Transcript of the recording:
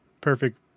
perfect